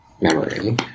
memory